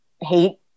hate